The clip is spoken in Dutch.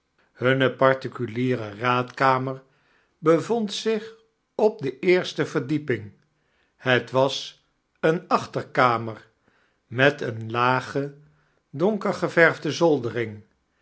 hunne particuliere raadkamer bevond zich op de eerste verdieping heit was eene achterkamer met eeme lage danker geverfde